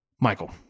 Michael